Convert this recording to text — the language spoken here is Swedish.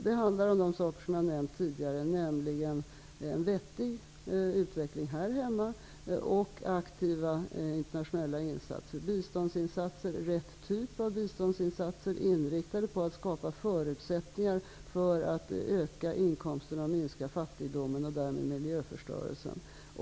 Det handlar om en vettig utveckling här hemma och aktiva internationella insatser, rätt typ av biståndsinsatser inriktade på att skapa förutsättningar för att öka inkomsterna och minska fattigdomen och därmed miljöförstöringen.